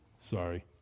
Sorry